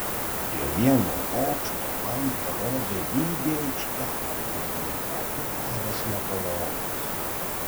prie vieno bokšto man parodė lygią aikštelę kur neva pietavęs napoleonas